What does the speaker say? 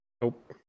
Nope